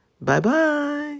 Bye-bye